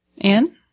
Anne